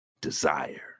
desire